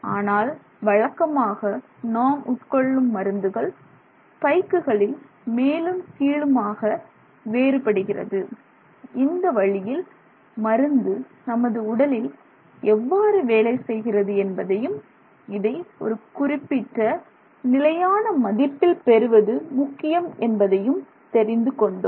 ஆனால் வழக்கமாக நாம் உட்கொள்ளும் மருந்துகள் ஸ்பைக்குகளில் மேலும் கீழுமாக வேறுபடுகிறது இந்த வழியில் மருந்து நமது உடலில் எவ்வாறு வேலை செய்கிறது என்பதையும் இதை ஒரு குறிப்பிட்ட நிலையான மதிப்பில் பெறுவது முக்கியம் என்பதையும் தெரிந்துகொண்டோம்